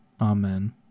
amen